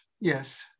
Yes